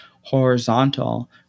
horizontal